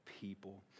people